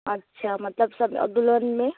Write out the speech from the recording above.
अच्छा मतलब सब और दुल्हन में